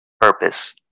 Purpose